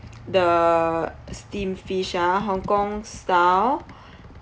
the steamed fish ah Hong-Kong style